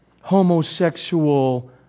homosexual